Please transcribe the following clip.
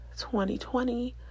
2020